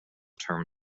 term